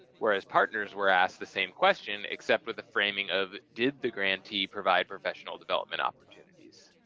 whereas partners were asked the same question except with the framing of, did the grantee provide professional development opportunities?